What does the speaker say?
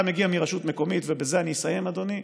אתה מגיע מרשות מקומית, בזה אני אסיים, אדוני,